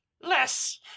Less